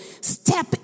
step